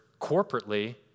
corporately